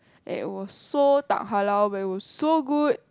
and it was so tak-halal where it was so good